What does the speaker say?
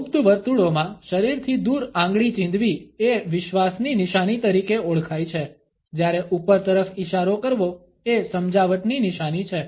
ગુપ્ત વર્તુળોમાં શરીરથી દૂર આંગળી ચીંધવી એ વિશ્વાસની નિશાની તરીકે ઓળખાય છે જ્યારે ઉપર તરફ ઈશારો કરવો એ સમજાવટની નિશાની છે